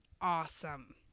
awesome